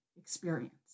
experience